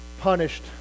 punished